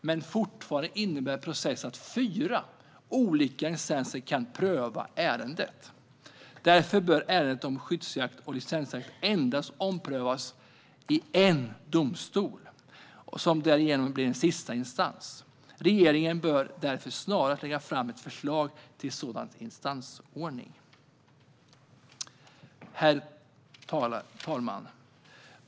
Men fortfarande innebär processen att fyra olika instanser kan pröva ett ärende. Därför bör ärenden om skyddsjakt och licensjakt endast överprövas i en domstol, som därigenom blir sista instans. Regeringen bör därför snarast lägga fram ett förslag till en sådan instansordning. Herr talman!